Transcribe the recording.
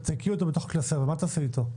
את תתייקי אותו בתוך קלסר ומה תעשי איתו?